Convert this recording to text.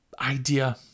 idea